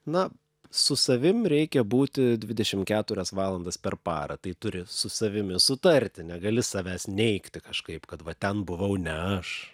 na su savim reikia būti dvidešim keturias valandas per parą tai turi su savimi sutarti negali savęs neigti kažkaip kad va ten buvau ne aš